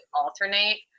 alternate